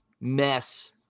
mess